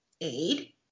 Aid